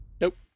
Nope